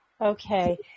Okay